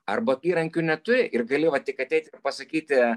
arba įrankių neturi ir gali va tik ateit ir pasakyti